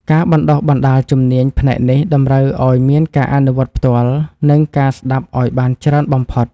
ការបណ្ដុះបណ្ដាលជំនាញផ្នែកនេះតម្រូវឱ្យមានការអនុវត្តផ្ទាល់ និង ការស្ដាប់ឱ្យបានច្រើនបំផុត។